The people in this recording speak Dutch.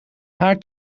haar